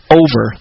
over